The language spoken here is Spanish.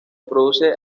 produce